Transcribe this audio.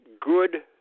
good